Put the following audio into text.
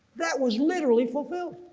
that was literally fulfilled.